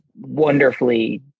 wonderfully